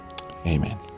Amen